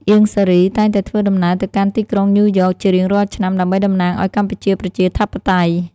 អៀង សារី តែងតែធ្វើដំណើរទៅកាន់ទីក្រុងញូវយ៉កជារៀងរាល់ឆ្នាំ ដើម្បីតំណាងឱ្យកម្ពុជាប្រជាធិបតេយ្យ។